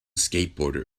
skateboarder